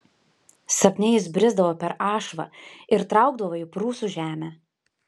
sapne jis brisdavo per ašvą ir traukdavo į prūsų žemę